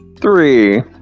Three